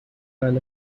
earn